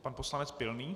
Pan poslanec Pilný.